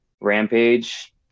Rampage